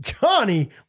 Johnny